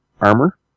armor